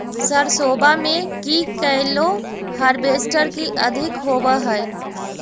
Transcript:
सरसोबा मे की कैलो हारबेसटर की अधिक होब है?